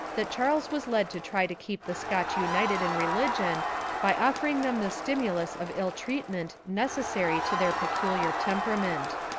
that charles was led to try to keep the scotch united in religion by offering them the stimulus of ill-treatment necessary to their peculiar temperament.